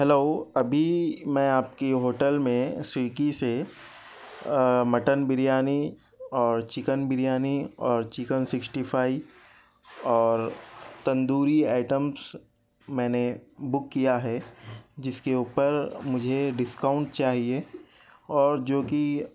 hello ابھی میں آپ کی ہوٹل میں سویگی سے مٹن بریانی اور چکن بریانی اور چکن سکسٹی فائیو اور تندوری آئٹمس میں نے بک کیا ہے جس کے اوپر مجھے ڈسکاؤنٹ چاہیے اور جو کہ